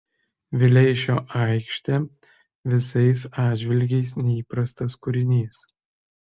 vileišio aikštė visais atžvilgiais neįprastas kūrinys